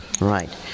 right